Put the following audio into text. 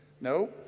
No